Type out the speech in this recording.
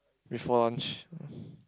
before lunch